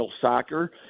soccer